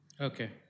Okay